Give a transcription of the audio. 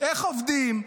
איך עובדים.